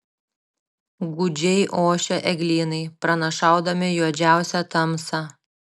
gūdžiai ošė eglynai pranašaudami juodžiausią tamsą